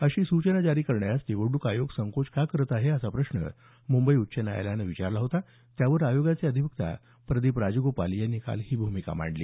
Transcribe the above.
अशी सूचना जारी करण्यास निवडणूक आयोग संकोच का करत आहे असा प्रश्न मुंबई उच्च न्यायालयानं विचारला होता त्यावर आयोगाचे अधिवक्ता प्रदीप राजगोपाल यांनी काल ही भूमिका मांडली